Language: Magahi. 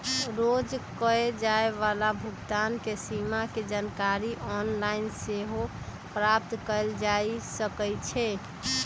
रोज कये जाय वला भुगतान के सीमा के जानकारी ऑनलाइन सेहो प्राप्त कएल जा सकइ छै